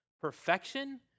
perfection